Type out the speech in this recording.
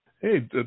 Hey